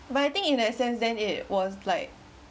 but I think in that sense then it was like